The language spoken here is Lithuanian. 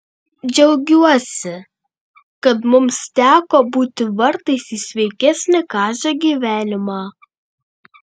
džiaugiuosi kad mums teko būti vartais į sveikesnį kazio gyvenimą